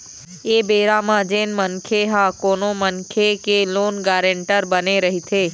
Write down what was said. ऐ बेरा म जेन मनखे ह कोनो मनखे के लोन गारेंटर बने रहिथे